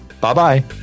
Bye-bye